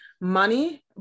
Money